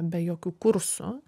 be jokių kursų